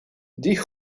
die